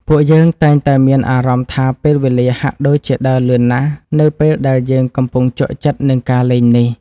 ពួកយើងតែងតែមានអារម្មណ៍ថាពេលវេលាហាក់ដូចជាដើរលឿនណាស់នៅពេលដែលយើងកំពុងជក់ចិត្តនឹងការលេងនេះ។